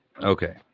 Okay